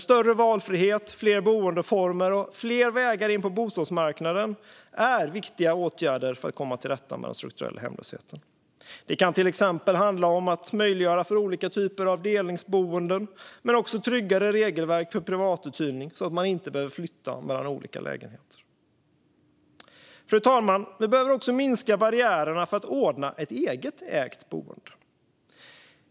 Större valfrihet, fler boendeformer och fler vägar in på bostadsmarknaden är viktigt för att komma till rätta med den strukturella hemlösheten. Det kan exempelvis handla om att möjliggöra för olika typer av delningsboenden men också tryggare regelverk för privatuthyrning så att man inte behöver flytta mellan olika lägenheter. Fru talman! Vi behöver också minska barriärerna för att ordna ett eget ägt boende.